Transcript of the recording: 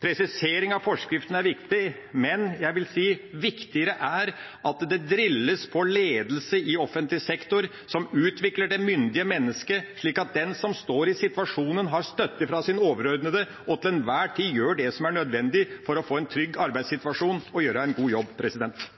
Presisering av forskriften er viktig, men det er viktigere at det i offentlig sektor drilles på ledelse som utvikler det myndige mennesket, slik at den som står i situasjonen, har støtte fra sin overordnede og til enhver tid gjør det som er nødvendig for å få en trygg arbeidssituasjon og for å gjøre en god jobb.